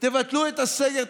תבטלו את הסגר.